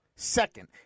Second